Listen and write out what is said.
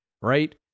right